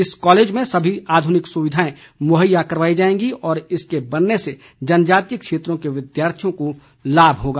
इस कॉलेज में सभी आधुनिक सुविधाएं मुहैया करवाई जाएंगी और इसके बनने से जनजातीय क्षेत्रों के विद्यार्थियों को लाभ होगा